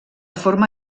forma